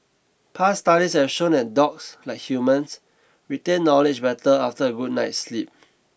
past studies have shown that dogs like humans retain knowledge better after a good night's sleep